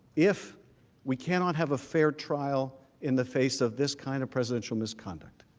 if we cannot have a fair trial in the face of this, kind of presidential misconduct